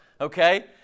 okay